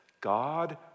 God